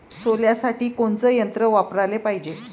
सोल्यासाठी कोनचं यंत्र वापराले पायजे?